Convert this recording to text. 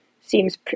Seems